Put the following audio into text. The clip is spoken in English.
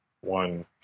one